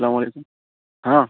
سلام علیکم ہاں